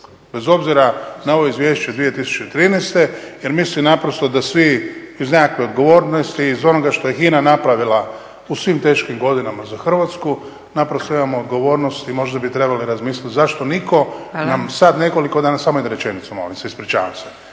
bez obzira na ovo Izvješće 2013. jer mislim naprosto da svi iz nekakve odgovornosti i iz onoga što je HINA napravila u svim teškim godinama za Hrvatsku naprosto imamo odgovornost i možda bi trebali razmisliti zašto nitko nam sad … /Upadica Zgrebec: Hvala./… Samo jednu rečenicu molim vas, ispričavam se.